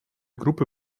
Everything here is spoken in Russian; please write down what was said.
группы